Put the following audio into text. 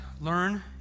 learn